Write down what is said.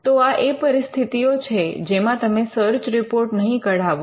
તો આ એ પરિસ્થિતિઓ છે જેમાં તમે સર્ચ રિપોર્ટ નહીં કઢાવો